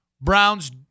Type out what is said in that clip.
Browns